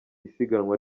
isiganwa